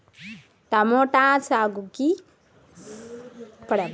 Tomato సాగుకు ఒక ఎకరానికి ఎన్ని కిలోగ్రాముల యూరియా వెయ్యాలి?